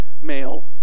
male